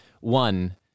one